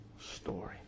story